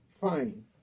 fine